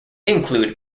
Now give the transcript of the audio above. include